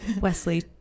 Wesley